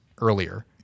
earlier